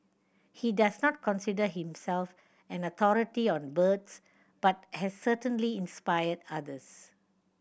he does not consider himself an authority on birds but has certainly inspired others